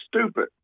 stupid